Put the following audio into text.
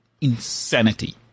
insanity